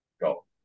go